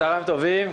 צהרים טובים.